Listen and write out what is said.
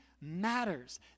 matters